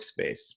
workspace